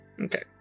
Okay